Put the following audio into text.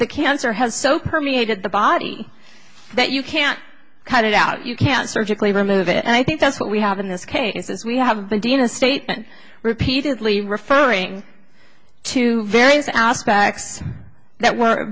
the cancer has so permeated the body that you can't cut it out you can't surgically remove it and i think that's what we have in this case as we have been dean a statement repeatedly referring to various aspects that were